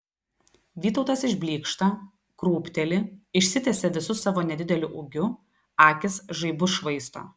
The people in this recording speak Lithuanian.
vytautas išblykšta krūpteli išsitiesia visu savo nedideliu ūgiu akys žaibus švaisto